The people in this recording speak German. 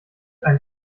ein